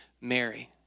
Mary